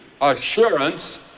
assurance